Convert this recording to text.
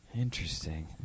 Interesting